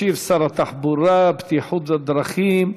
ישיב שר התחבורה והבטיחות בדרכים,